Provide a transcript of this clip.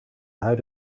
huidige